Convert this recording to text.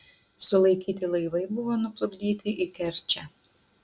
sulaikyti laivai buvo nuplukdyti į kerčę